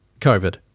COVID